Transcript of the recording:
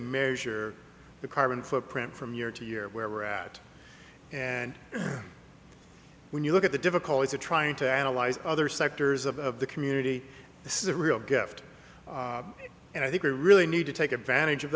measure the carbon footprint from year to year where we're at and when you look at the difficulties of trying to analyze other sectors of the community this is a real gift and i think we really need to take advantage of